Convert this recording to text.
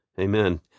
Amen